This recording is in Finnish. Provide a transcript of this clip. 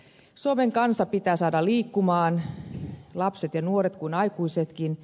suomen kansa pitää saada liikkumaan niin lapset ja nuoret kuin aikuisetkin